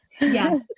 Yes